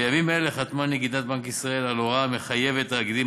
בימים אלה חתמה נגידת בנק ישראל על הוראה המחייבת תאגידים